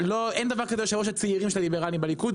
אין דבר כזה יושב ראש הצעירים של הליברלים בליכוד,